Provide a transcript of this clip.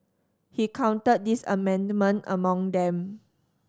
he counted this amendment among them